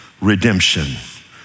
redemption